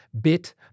Bit